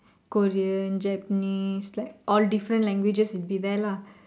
Korean Japanese like all different languages will be there lah